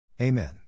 Amen